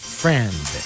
friend